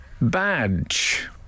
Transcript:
badge